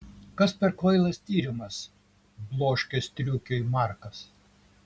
kas per kvailas tyrimas bloškė striukiui markas